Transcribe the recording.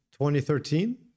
2013